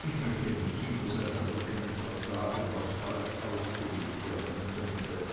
ich möchte nicht hinter seinem rücken etwas sagen was falsch ausgelegt werden könnte